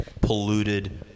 polluted